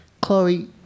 Chloe